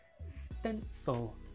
stencil